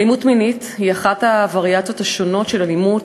אלימות מינית היא אחת הווריאציות השונות של אלימות,